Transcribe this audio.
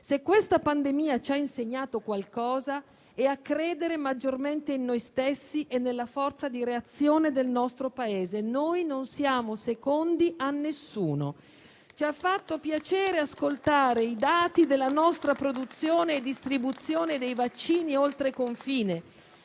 Se questa pandemia ci ha insegnato qualcosa, è a credere maggiormente in noi stessi e nella forza di reazione del nostro Paese. Noi non siamo secondi a nessuno. Ci ha fatto piacere ascoltare i dati della nostra produzione e distribuzione dei vaccini oltre confine,